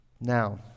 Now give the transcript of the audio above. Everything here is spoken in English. Now